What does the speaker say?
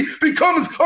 becomes